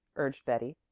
urged betty.